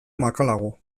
makalago